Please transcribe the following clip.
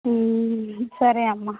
సరే అమ్మ